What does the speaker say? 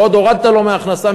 ועוד הורדת לו מההכנסה,